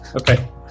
Okay